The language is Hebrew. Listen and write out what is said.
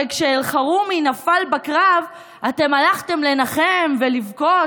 הרי כשאלחרומי נפל בקרב אתם הלכתם לנחם ולבכות,